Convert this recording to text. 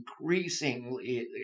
increasingly